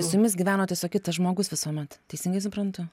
su jumis gyveno tiesiog kitas žmogus visuomet teisingai suprantu